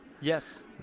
Yes